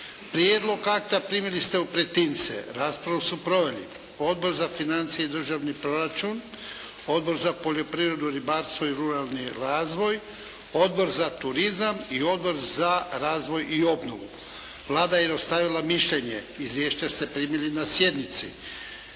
Prijedlog akta primili ste u pretince. Raspravu su proveli Odbor za financije i državni proračun, Odbor za poljoprivredu, ribarstvo i ruralni razvoj, Odbor za turizam i Odbor za razvoj i obnovu. Vlada je dostavila mišljenje. Izvješće ste primili na sjednici.